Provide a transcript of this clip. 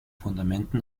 fundamenten